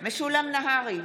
משולם נהרי,